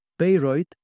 Bayreuth